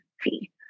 fee